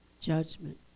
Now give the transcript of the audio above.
Judgment